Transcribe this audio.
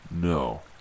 No